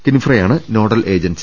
കിൻഫ്ര യാണ് nodal agency